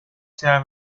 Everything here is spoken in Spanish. sea